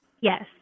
Yes